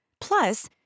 Plus